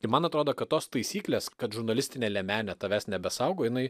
ir man atrodo kad tos taisyklės kad žurnalistinė liemenė tavęs nebesaugo jinai